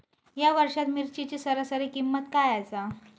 या वर्षात मिरचीची सरासरी किंमत काय आसा?